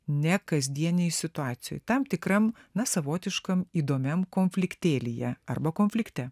nekasdienėj situacijoj tam tikram na savotiškam įdomiam konfliktėlyje arba konflikte